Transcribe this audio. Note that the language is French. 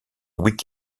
week